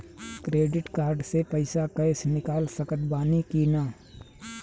Credit card से पईसा cash निकाल सकत बानी की ना?